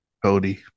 Cody